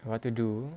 what to do